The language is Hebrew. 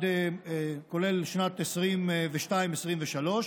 כולל שנת 2023-2022,